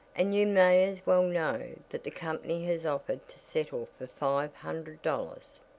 and you may as well know that the company has offered to settle for five hundred dollars.